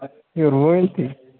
اَدٕ کیٛاہ وٲلۍتھٕے